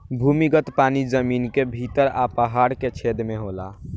भूमिगत पानी जमीन के भीतर आ पहाड़ के छेद में होला